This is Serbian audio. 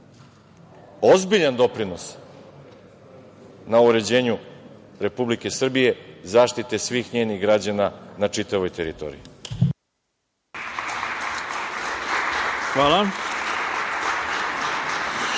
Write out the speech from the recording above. ozbiljan doprinos uređenju Republike Srbije i zaštite svih njenih građana na čitavoj teritoriji. **Ivica